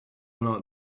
not